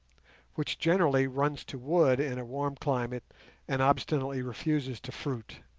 which, generally, runs to wood in a warm climate and obstinately refuses to fruit.